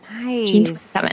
Nice